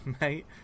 mate